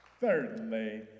Thirdly